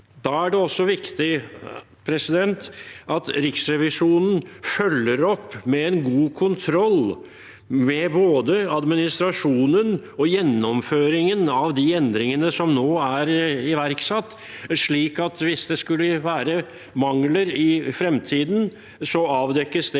Da er det også viktig at Riksrevisjonen følger opp med en god kontroll, både med administrasjonen og med gjennomføringen av de endringene som nå er iverksatt, slik at hvis det skulle være mangler i fremtiden, så avdekkes det